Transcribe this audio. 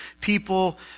people